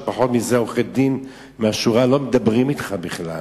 שבפחות מזה עורכי-דין מהשורה לא מדברים אתך בכלל?